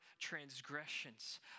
transgressions